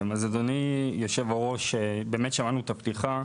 אז אדוני יושב הראש, באמת שמענו את הפתיחה,